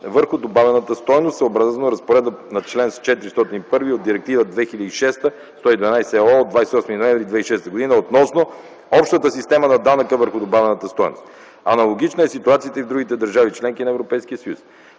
върху добавената стойност съобразно разпоредбата на чл. 401 от Директива 2006/112/ЕО от 28 ноември 2006 г. относно общата система на данъка върху добавената стойност. Аналогична е ситуацията и в другите държави – членки на Европейския съюз.